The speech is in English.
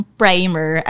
primer